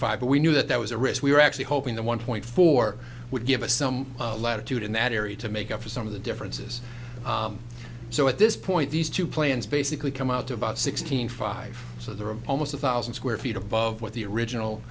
five but we knew that that was a risk we were actually hoping the one point four would give us some latitude in that area to make up for some of the differences so at this point these two plans basically come out to about sixteen five so there are almost a thousand square feet above what the original